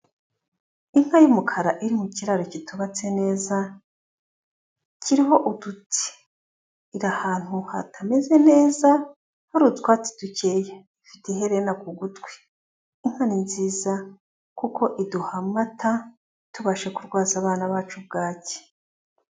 Inka y'umukara iri mu kiraro kitubatse neza, kiriho uduti, iri ahantu hatameze neza hari utwatsi dukeya. Ifite iherena ku gutwi. Inka ni nziza kuko iduha amata, tubashe kurwaza abana bacu bwacyi.